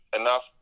enough